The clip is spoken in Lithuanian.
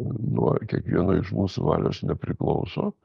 nuo kiekvieno iš mūsų valios nepriklauso